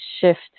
shift